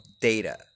data